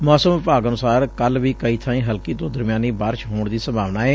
ਮੌਸਮ ਵਿਭਾਗ ਅਨੁਸਾਰ ਕਲ ਵੀ ਕਈ ਬਾਈਂ ਹਲਕੀ ਤੋਂ ਦਰਮਿਆਨੀ ਬਾਰਸ਼ ਹੋਣ ਦੀ ਸੰਭਾਵਨਾ ਏ